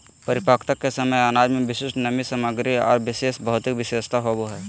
परिपक्वता के समय अनाज में विशिष्ट नमी सामग्री आर विशेष भौतिक विशेषता होबो हइ